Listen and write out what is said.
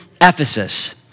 Ephesus